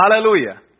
hallelujah